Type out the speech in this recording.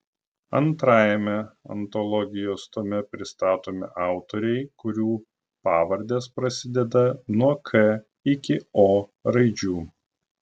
antrajame antologijos tome pristatomi autoriai kurių pavardės prasideda nuo k iki o raidžių